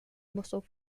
muscle